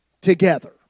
together